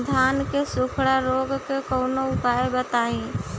धान के सुखड़ा रोग के कौनोउपाय बताई?